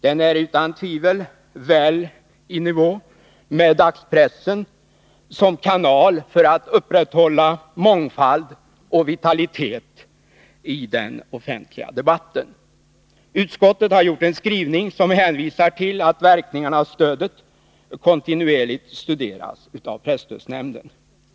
Den är utan tvivel väl i nivå med dagspressen som kanal för att upprätthålla mångfald och vitalitet i den offentliga debatten. Utskottet hänvisar i sin skrivning till att verkningarna av stödet kontinuerligt studeras av presstödsnämnden.